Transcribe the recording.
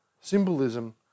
symbolism